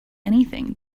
anything